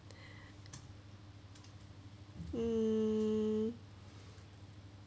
um